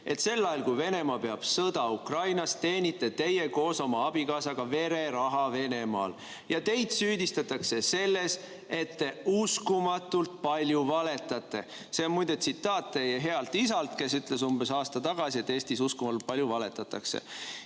et sel ajal, kui Venemaa peab sõda Ukrainas, teenite teie koos oma abikaasaga vereraha Venemaal, ja teid süüdistatakse selles, et te uskumatult palju valetate. See on muide tsitaat teie healt isalt, kes ütles umbes aasta tagasi, et Eestis uskumatult palju valetatakse. Ja